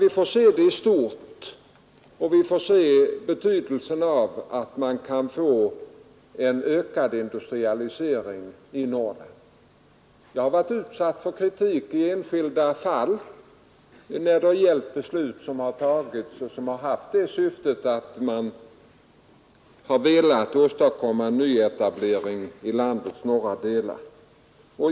Vi måste se det i stort och försöka inse betydelsen av att kunna uppnå en ökad industrialisering i norr. Jag har varit utsatt för kritik i enskilda fall när det har gällt beslut som har haft till syfte att åstadkomma nyetablering i landets norra delar.